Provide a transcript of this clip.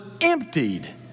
emptied